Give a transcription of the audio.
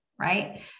right